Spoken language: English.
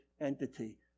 entity